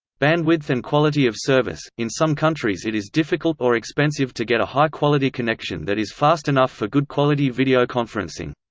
bandwidth and quality of service in some countries it is difficult or expensive to get a high quality connection that is fast enough for good-quality video conferencing.